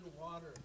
water